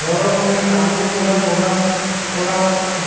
বড় রকমের কাবুলি ছোলার প্রধান ফলা